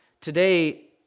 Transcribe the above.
Today